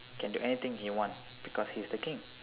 can do anything he want because he's the king